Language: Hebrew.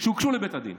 שהוגשו לבית הדין.